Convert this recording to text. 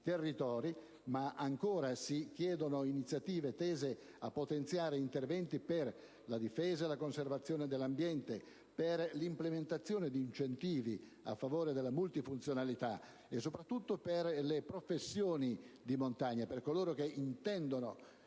territori; ma ancora si chiedono iniziative tese a potenziare interventi per la difesa e la conservazione dell'ambiente, l'implementazione di incentivi a favore della multifunzionalità, e soprattutto per le professioni di montagna, per coloro che intendono